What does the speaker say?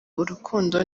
urukundo